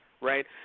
right